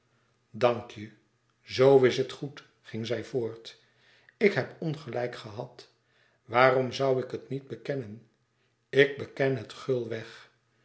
dank je zoo is het goed ging zij voort ik heb ongelijk gehad waarom zoû ik het niet bekennen ik beken het gulweg